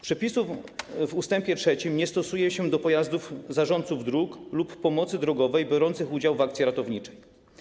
Przepisu w ust. 3 nie stosuje się do pojazdów zarządców dróg lub pomocy drogowej biorących udział w akcji ratowniczej.